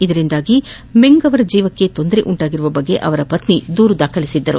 ಇದರಿಂದಾಗಿ ಮೆಂಗ್ ಅವರ ಜೀವಕ್ಕೆ ತೊಂದರೆ ಉಂಟಾಗಿರುವ ಬಗ್ಗೆ ಅವರ ಪತ್ನಿ ದೂರು ದಾಖಲಿಸಿದ್ದರು